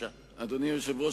אדוני היושב-ראש,